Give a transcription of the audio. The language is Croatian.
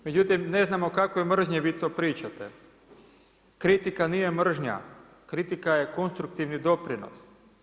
Međutim ne znam o kakvoj mržnji vi to pričate, kritika nije mržnja, kritika je konstruktivni doprinos.